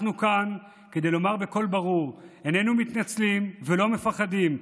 אנחנו כאן כדי לומר בקול ברור: איננו מתנצלים ולא מפחדים.